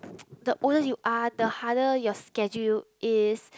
the older you are the harder your schedule is